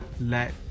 let